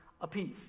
apiece